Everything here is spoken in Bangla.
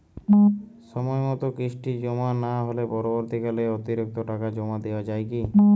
সময় মতো কিস্তি জমা না হলে পরবর্তীকালে অতিরিক্ত টাকা জমা দেওয়া য়ায় কি?